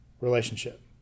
relationship